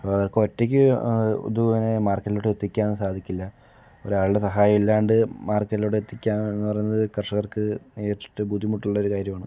അപ്പോൾ അവർക്ക് ഒറ്റക്ക് മാർക്കറ്റിലോട്ട് എത്തിക്കാൻ സാധിക്കില്ല ഒരാളുടെ സഹായം ഇല്ലാണ്ട് മാർക്കറ്റിലോട്ട് എത്തിക്കാൻ എന്ന് പറയുന്നത് കർഷകർക്ക് നേരിട്ട് ബുദ്ധിമുട്ടുള്ള ഒരു കാര്യമാണ്